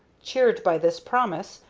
cheered by this promise,